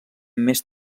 més